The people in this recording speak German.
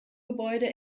gebäude